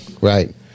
right